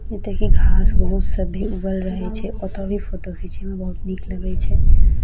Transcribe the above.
ओतऽके घास भूस सब भी उगल रहै छै ओतऽ भी फोटो खीचैमे बहुत नीक लगै छै